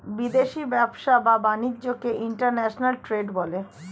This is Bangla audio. বিদেশি ব্যবসা বা বাণিজ্যকে ইন্টারন্যাশনাল ট্রেড বলে